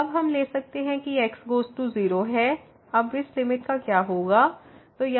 तो अब हम ले सकते हैं कि x गोज़ टू 0 है अब इस लिमिट का क्या होगा